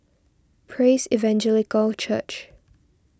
Praise Evangelical Church